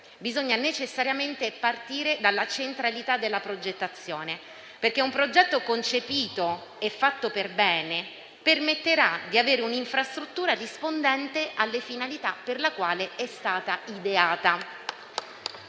bisogna necessariamente partire dalla centralità della progettazione, perché un progetto concepito e fatto perbene permetterà di avere un'infrastruttura rispondente alle finalità per le quali è stata ideata.